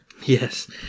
Yes